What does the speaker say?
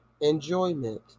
enjoyment